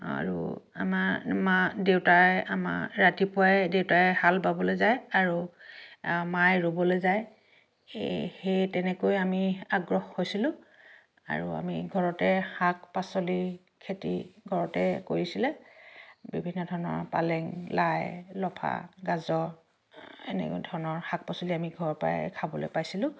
আৰু আমাৰ মা দেউতাই আমাৰ ৰাতিপুৱাই দেউতাই হাল বাবলৈ যায় আৰু মায়ে ৰুবলৈ যায় সেই সেই তেনেকৈ আমি আগ্ৰহ হৈছিলোঁ আৰু আমি ঘৰতে শাক পাচলি খেতি ঘৰতে কৰিছিলে বিভিন্ন ধৰণৰ পালেং লাই লফা গাজৰ এনেকুৱা ধৰণৰ শাক পাচলি আমি ঘৰৰ পৰাই খাবলৈ পাইছিলোঁ